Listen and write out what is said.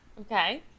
okay